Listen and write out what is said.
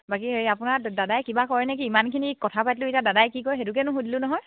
বাকী এই আপোনাৰ দাদাই কিবা কৰে নে কি ইমানখিনি কথা পাতিলো এতিয়া দাদাই কি কৰে সেইটোকে নোসুধিলো নহয়